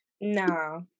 No